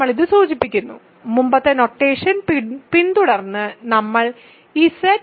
നമ്മൾ ഇത് സൂചിപ്പിക്കുന്നു മുമ്പത്തെ നൊട്ടേഷനെ പിന്തുടർന്ന് നമ്മൾ Z√2